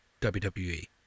WWE